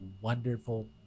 wonderful